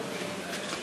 אחי.